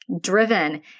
driven